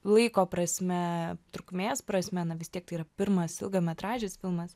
laiko prasme trukmės prasme na vis tiek tai yra pirmas ilgametražis filmas